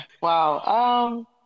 Wow